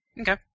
Okay